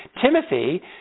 Timothy